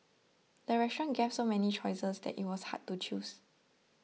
the restaurant gave so many choices that it was hard to choose